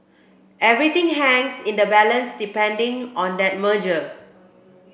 everything hangs in the balance depending on that merger